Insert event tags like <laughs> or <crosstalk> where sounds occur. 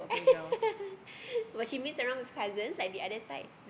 <laughs> but she mix around with cousins like the other side